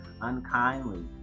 unkindly